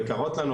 הן יקרות לנו,